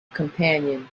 companion